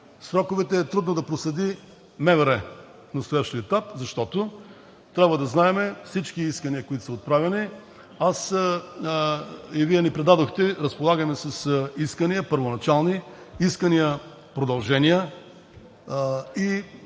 Сроковете е трудно да проследи МВР в настоящия етап, защото трябва да знаем всички искания, които са отправени. Вие ни предадохте, разполагаме с първоначални искания – искания